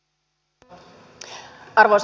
arvoisa puhemies